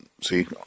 See